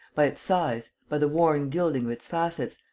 by its size, by the worn gilding of its facets,